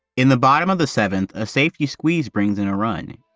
in the bottom of the seventh, a safety squeeze brings in a run.